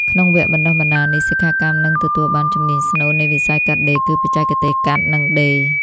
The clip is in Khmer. ក្នុងវគ្គបណ្តុះបណ្តាលនេះ សិក្ខាកាមនឹងទទួលបានជំនាញស្នូលនៃវិស័យកាត់ដេរ គឺ បច្ចេកទេសកាត់ និងដេរ។